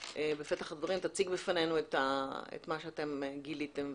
בפתח הדברים תציג בפנינו את מה שאתם גיליתם ומצאתם.